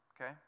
Okay